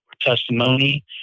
testimony